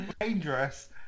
Dangerous